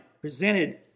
presented